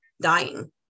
dying